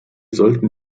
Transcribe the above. sollten